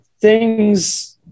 thing's